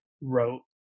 wrote